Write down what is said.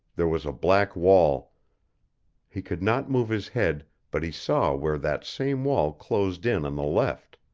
there was a black wall he could not move his head, but he saw where that same wall closed in on the left.